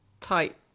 type